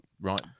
Right